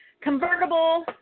convertible